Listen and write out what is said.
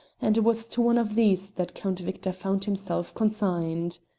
and it was to one of these that count victor found himself consigned.